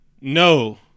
no